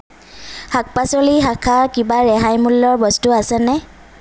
শাক পাচলি শাখাৰ কিবা ৰেহাই মূল্যৰ বস্তু আছেনে